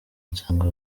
nsanga